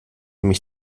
mich